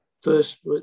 First